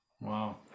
Wow